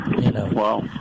Wow